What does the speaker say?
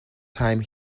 time